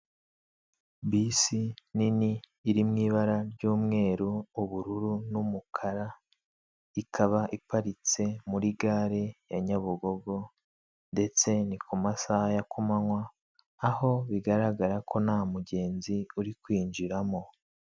Bisi nini irimw'ibara ry'umweru ubururu n'umukara ikaba iparitse muri gare ya Nyabugogo ndetse ni ku masaha ya kumanywa aho bigaragara ko nta mugenzizi uri kwinjiramo.